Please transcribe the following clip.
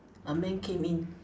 a man came in